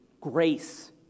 grace